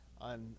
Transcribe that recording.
on